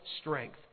strength